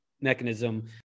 mechanism